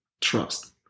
trust